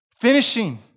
Finishing